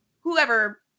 whoever